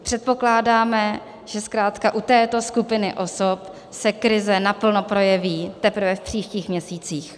Předpokládáme, že zkrátka u této skupiny osob se krize naplno projeví teprve v příštích měsících.